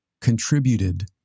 contributed